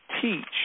teach